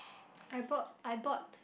I bought I bought